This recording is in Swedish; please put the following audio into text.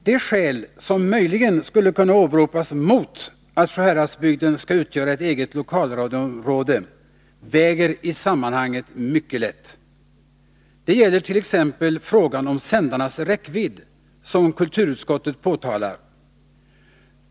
De skäl som möjligen skulle kunna åberopas mot att Sjuhäradsbygden skall utgöra ett eget lokalradioområde väger i sammanhanget mycket lätt. Det gäller t.ex. frågan om sändarnas räckvidd, som kulturutskottet påtalar.